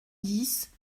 dix